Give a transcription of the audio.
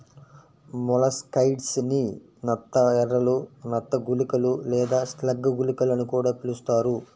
molluscicides ని నత్త ఎరలు, నత్త గుళికలు లేదా స్లగ్ గుళికలు అని కూడా పిలుస్తారు